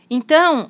Então